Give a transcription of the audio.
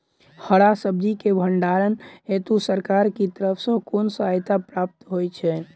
हरा सब्जी केँ भण्डारण हेतु सरकार की तरफ सँ कुन सहायता प्राप्त होइ छै?